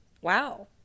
Wow